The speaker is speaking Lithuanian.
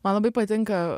man labai patinka